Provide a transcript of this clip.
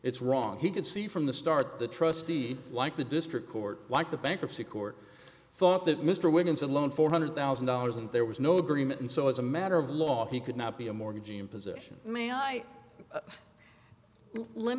it's wrong he did see from the start the trustee like the district court like the bankruptcy court thought that mr wiggins alone four hundred thousand dollars and there was no agreement and so as a matter of law he could not be a mortgagee imposition may i